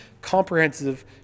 comprehensive